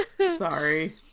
Sorry